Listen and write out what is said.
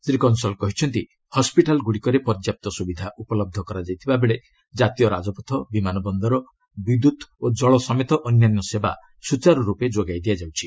ଶ୍ରୀ କଂସଲ୍ କହିଛନ୍ତି ହସ୍କିଟାଲ୍ଗୁଡ଼ିକରେ ପର୍ଯ୍ୟାପ୍ତ ସ୍ୱବିଧା ଉପଲହ୍ଧ କରାଯାଇଥିବାବେଳେ ଜାତୀୟ ରାଜପଥ ବିମାନ ବନ୍ଦର ବିଦ୍ୟତ୍ ଓ ଜଳ ସମେତ ଅନ୍ୟାନ୍ୟ ସେବା ସ୍ୱଚାର୍ରର୍ପେ ଯୋଗାଇ ଦିଆଯାଉଛି